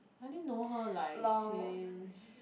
I only know her like says